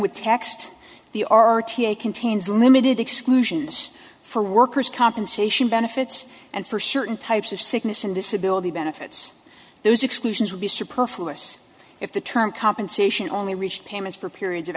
with text the r t a contains limited exclusions for workers compensation benefits and for certain types of sickness and disability benefits those exclusions would be superfluous if the term compensation only reached payments for periods of